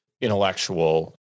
intellectual